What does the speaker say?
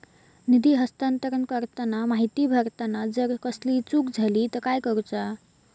निधी हस्तांतरण करताना माहिती भरताना जर कसलीय चूक जाली तर काय करूचा?